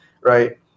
right